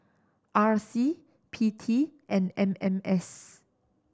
R C P T and M M S